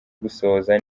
gusohoza